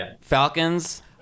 Falcons